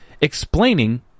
explaining